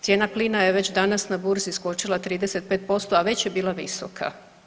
Cijena plina je već danas na burzi skočila 35%, a već je bila visoka.